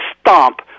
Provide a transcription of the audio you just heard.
stomp